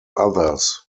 others